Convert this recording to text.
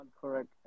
correct